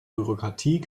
bürokratie